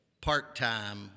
part-time